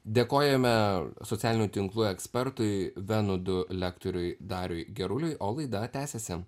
dėkojame socialinių tinklų ekspertui venodu lektoriui dariui geruliui o laida tęsiasi